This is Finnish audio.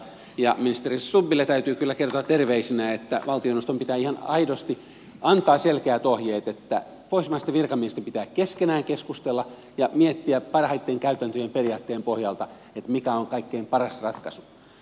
ja ministeri stubbille täytyy kyllä kertoa terveisinä että valtioneuvoston pitää ihan aidosti antaa selkeät ohjeet että pohjoismaisten virkamiesten pitää keskenään keskustella ja miettiä parhaitten käytäntöjen periaatteen pohjalta mikä on kaikkein paras ratkaisu